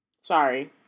Sorry